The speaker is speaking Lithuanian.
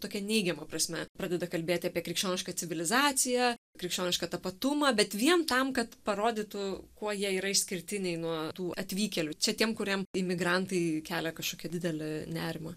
tokia neigiama prasme pradeda kalbėti apie krikščionišką civilizaciją krikščionišką tapatumą bet vien tam kad parodytų kuo jie yra išskirtiniai nuo tų atvykėlių čia tiem kuriem imigrantai kelia kažkokį didelį nerimą